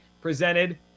presented